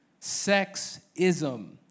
sexism